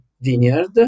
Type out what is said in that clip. vineyard